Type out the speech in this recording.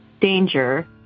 danger